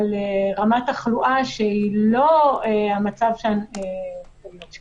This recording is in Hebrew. על רמת תחלואה שהיא לא המצב כיום.